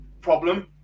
problem